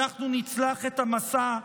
אנחנו נצלח את המסע.